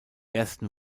ersten